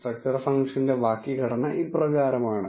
structure ഫംഗ്ഷന്റെ വാക്യഘടന ഇപ്രകാരമാണ്